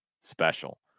special